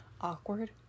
awkward